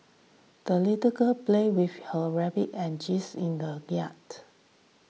the little girl played with her rabbit and geese in the yard